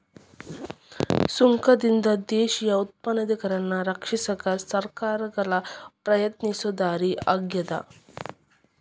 ಸುಂಕದಿಂದ ದೇಶೇಯ ಉತ್ಪಾದಕರನ್ನ ರಕ್ಷಿಸಕ ಸರ್ಕಾರಗಳ ಪ್ರಯತ್ನಿಸೊ ದಾರಿ ಆಗ್ಯಾದ